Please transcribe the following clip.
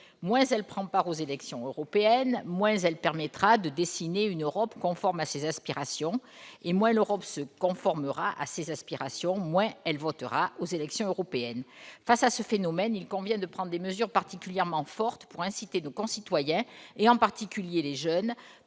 moins elle prendra part aux élections européennes, moins elle permettra de dessiner une Europe conforme à ses aspirations ; or moins l'Europe se conformera à ses aspirations, moins la jeunesse votera aux élections européennes. Face à ce phénomène, il convient de prendre des mesures particulièrement fortes pour inciter nos concitoyens, en particulier les jeunes,